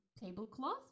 tablecloth